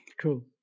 True